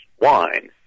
wine